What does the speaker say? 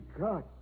God